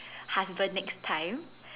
husband next time